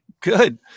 Good